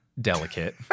delicate